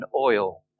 oil